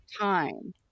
time